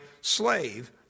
slave